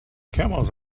camels